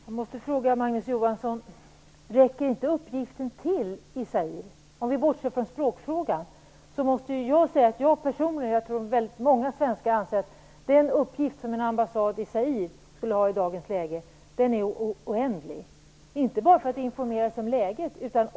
Herr talman! Jag måste fråga Magnus Johansson: Räckte inte uppgiften till i Zaire? Om vi bortser från språkfrågan måste jag säga att jag personligen - och jag tror att väldigt många svenskar instämmer - anser att den uppgift som en ambassad i Zaire skulle ha i dagens läge är oändlig. Det handlar inte bara om att informera sig om läget.